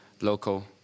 local